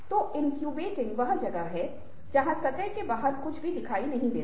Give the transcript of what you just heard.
तो इनक्यूबेटिंग वह जगह है जहाँ सतह के बाहर कुछ भी दिखाई नहीं देता है